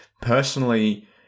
personally